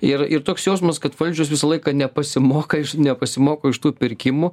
ir ir toks jausmas kad valdžios visą laiką nepasimokai iš nepasimoko iš tų pirkimų